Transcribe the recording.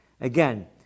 Again